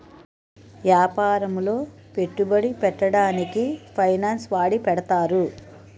యాపారములో పెట్టుబడి పెట్టడానికి ఫైనాన్స్ వాడి పెడతారు